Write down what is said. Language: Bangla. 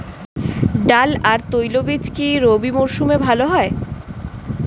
ডাল আর তৈলবীজ কি রবি মরশুমে ভালো হয়?